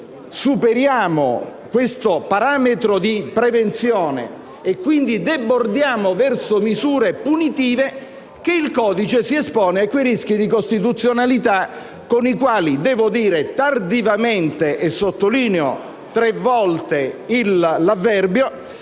superiamo questo parametro di prevenzione e quindi debordiamo verso misure punitive, il codice si espone a quei rischi di costituzionalità con i quali devo dire tardivamente - e sottolineo tre volte l'avverbio